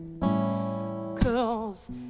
Cause